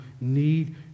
need